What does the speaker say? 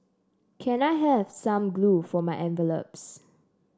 can I have some glue for my envelopes